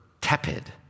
tepid